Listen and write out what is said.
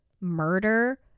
murder